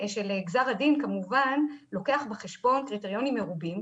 גזר הדין כמובן לוקח בחשבון קריטריונים מרובים,